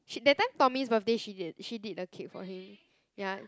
she that time Tommy's birthday she did she did a cake for him ya